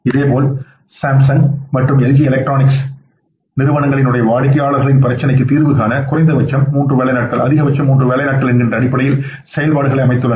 இதேபோல் சாம்சங் மற்றும் LG electronics வாடிக்கையாளர்களின் பிரச்சினைகளுக்கு தீர்வு காண குறைந்தபட்சம் மூன்று வேலை நாட்கள் அதிகபட்சம் மூன்று வேலை நாட்கள் என்கின்ற அடிப்படையில் செயல்பாடுகளை அமைத்துள்ளனர்